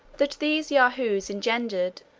that these yahoos engendered,